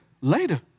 later